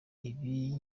ibi